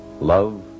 love